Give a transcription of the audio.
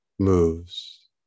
moves